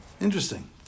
Interesting